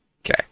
Okay